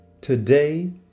Today